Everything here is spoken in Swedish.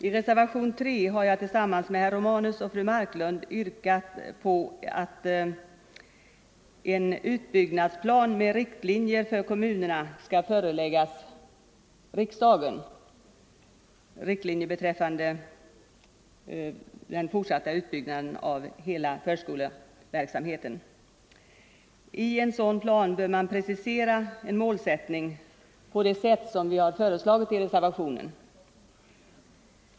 I reservationen 3 har jag tillsammans med herr Romanus och fru Marklund yrkat att en plan med riktlinjer för kommunerna beträffande den fortsatta utbyggnaden av hela förskoleverksamheten skall föreläggas riksdagen. I en sådan plan bör man precisera en målsättning på det sätt som vi har föreslagit i reservationen.